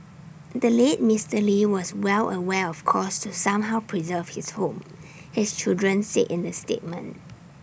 the late Mister lee was well aware of calls to somehow preserve his home his children said in the statement